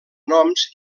noms